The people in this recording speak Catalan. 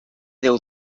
déu